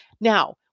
Now